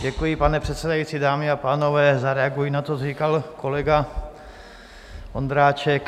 Děkuji, pane předsedající, dámy a pánové, zareaguji na to, co říkal kolega Ondráček.